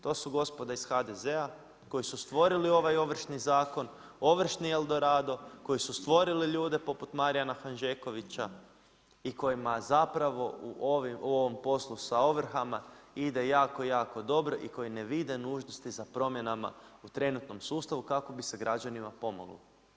To su gospoda iz HDZ-a koji su stvorili ovaj Ovršni zakon, ovršni el dorado, koji su stvorili ljude poput Marijana Hanžekovića i kojima zapravo u ovom poslu sa ovrhama ide jako jako dobro i koji ne vide nužnosti za promjenama u trenutnom sustavu kako bi se građanima pomoglo.